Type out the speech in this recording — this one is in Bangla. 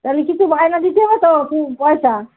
তাহলে কিছু বায়না দিতে হবে তো পয়সা